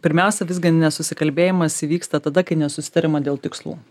pirmiausia visgi nesusikalbėjimas įvyksta tada kai nesusitariama dėl tikslų